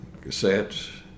cassettes